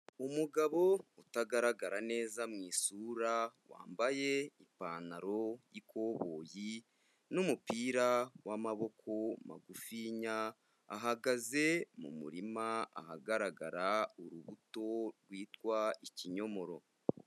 Umugabo utagaragara neza mu isura wambaye ipantaro y'ikoboyi n'umupira w'amaboko magufiya, ahagaze mu murima ahagarara urubuto rwitwa ikinyomoro.